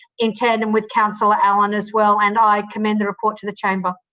in tandem with councillor allan, as well. and i commend the report to the chamber.